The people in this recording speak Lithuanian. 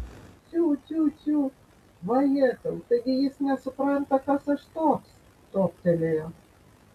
ciu ciu ciu vajetau taigi jis nesupranta kas aš toks toptelėjo